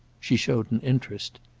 she showed an interest.